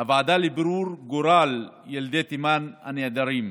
הוועדה לבירור גורל ילדי תימן הנעדרים,